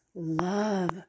Love